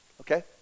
okay